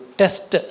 test